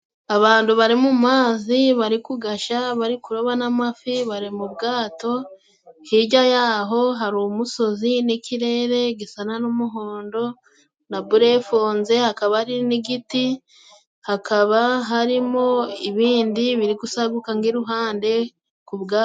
Abandu bari mu mazi bari kugasha bari kuroba n'amafi bari mu bwato, hijya y'aho hari umusozi n'ikirere gisana n'umuhondo na burefonze, hakaba hari n'igiti ,hakaba harimo ibindi biri gusaguka ng'iruhande ku bwato.